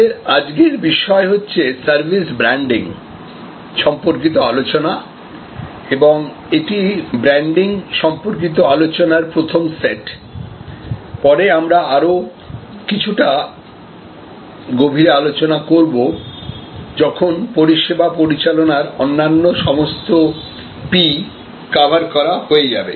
আমাদের আজকের বিষয় হচ্ছেসার্ভিস ব্র্যান্ডিং সম্পর্কিত আলোচনা এবং এটি ব্র্যান্ডিং সম্পর্কিত আলোচনার প্রথম সেট পরে আমরা কিছুটা আরও গভীরে আলোচনা করব যখন পরিষেবা পরিচালনার অন্যান্য সমস্ত পি কভার করা হয়ে যাবে